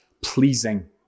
pleasing